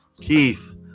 Keith